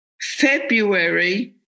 February